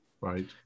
Right